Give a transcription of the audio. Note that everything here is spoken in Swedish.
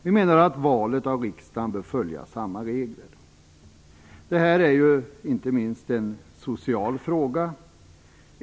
Vi menar att valet av riksdagen bör följa samma regler. Detta är inte minst en social fråga.